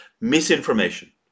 misinformation